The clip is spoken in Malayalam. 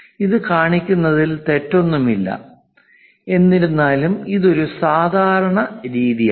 ഇത് കാണിക്കുന്നതിൽ തെറ്റൊന്നുമില്ല എന്നിരുന്നാലും ഇത് ഒരു സാധാരണ രീതിയല്ല